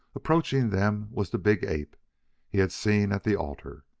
approaching them was the big ape he had seen at the altar.